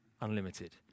unlimited